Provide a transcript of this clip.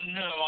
no